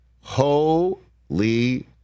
Holy